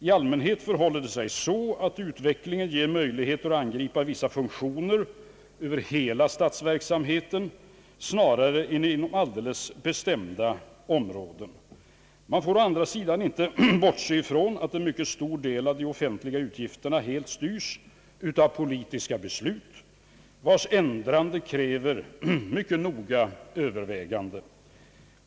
I allmänhet förhåller det sig så, att utvecklingen ger möjligheter att angripa vissa funktioner över hela statsverksamheten snarare än inom särskilda myndighetsområden. Man får å andra sidan inte bortse från att en mycket stor del av de offentliga utgifterna helt styrs av politiska beslut, vilkas ändrande kräver mycket noga övervägande.